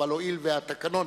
אבל הואיל והתקנון